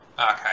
Okay